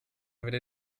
wieder